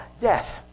death